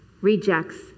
rejects